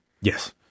Yes